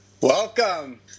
Welcome